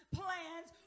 plans